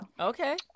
Okay